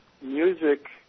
music